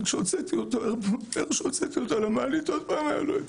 אבל ברגע שהוצאתי אותו למעלית, שוב היה לו התקף.